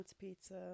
Pizza